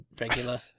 regular